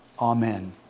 Amen